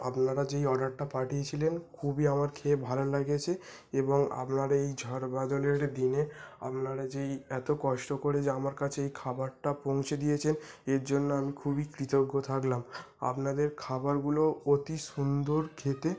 আপনারা যেই অর্ডারটা পাঠিয়েছিলেন খুবই আমার খেয়ে ভালো লেগেছে এবং আপনার এই ঝড় বাদলের দিনে আপনারা যে এই এতো কষ্ট করে যে আমার কাছে এই খাবারটা পৌঁছে দিয়েছেন এর জন্য আমি খুবই কৃতজ্ঞ থাকলাম আপনাদের খাবারগুলো অতি সুন্দর খেতে